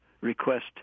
request